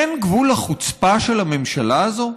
אין גבול לחוצפה של הממשלה הזאת?